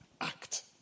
act